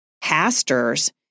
pastors